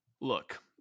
look